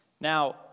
Now